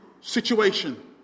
situation